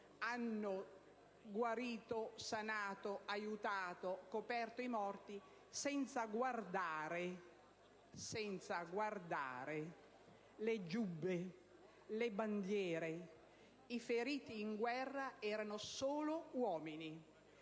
hanno guarito, sanato, aiutato e coperto i morti, senza guardare alle giubbe e alle bandiere. I feriti in guerra erano solo uomini.